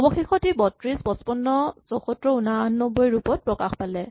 অৱশেষত ই ৩২ ৫৫ ৭৪ ৮৯ ৰূপত প্ৰকাশ পালে